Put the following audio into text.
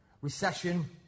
recession